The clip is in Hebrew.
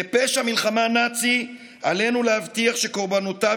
כפשע מלחמה נאצי עלינו להבטיח שקורבנותיו